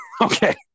okay